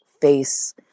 face